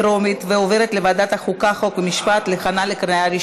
לוועדה שתקבע ועדת הכנסת נתקבלה.